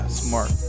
smart